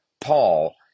Paul